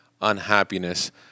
unhappiness